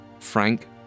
Frank